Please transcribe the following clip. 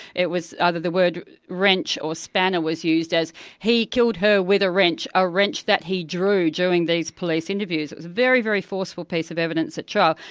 it was either the word wrench or spanner was used as he killed her with a wrench, a wrench that he drew during these police interviews'. it was a very, very forceful piece of evidence at trial,